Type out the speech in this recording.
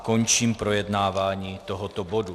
Končím projednávání tohoto bodu.